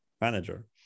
manager